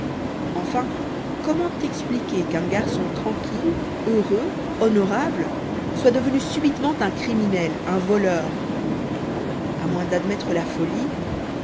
enfin comment expliquer qu'un garçon tranquille heureux honorable soit devenu subitement un voleur un criminel à moins d'admettre la folie